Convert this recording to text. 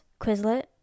Quizlet